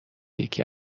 یکی